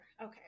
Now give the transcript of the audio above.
Okay